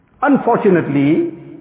unfortunately